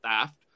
theft